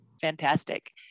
Fantastic